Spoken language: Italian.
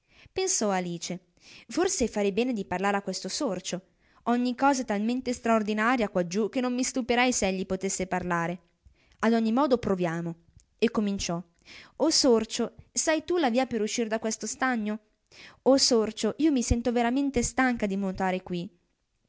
pensò alice forse farei bene di parlare a questo sorcio ogni cosa è talmente straordinaria quaggiù che non mi stupirei se egli potesse parlare ad ogni modo proviamo e cominciò o sorcio sai tu la via per uscire da questo stagno o sorcio io mi sento veramente stanca di nuotare quì